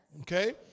Okay